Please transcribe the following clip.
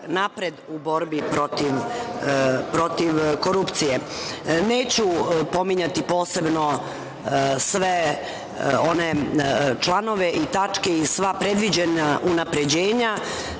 napred u borbi protiv korupcije. Neću pominjati posebno sve one članove i tačke i sva predviđena unapređenja